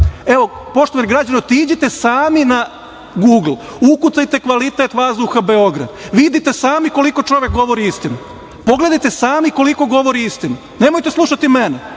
sad? Evo, poštovani građani, otiđite sami na Gugl, ukucajte – kvalitet vazduha Beograd, vidite sami koliko čovek govori istinu. Pogledajte sami koliko govori istinu. Nemojte slušati mene.